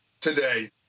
today